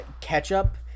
ketchup